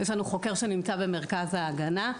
יש לנו חוקר שנמצא במרכז ההגנה.